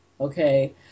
Okay